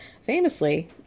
Famously